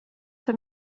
för